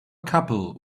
couple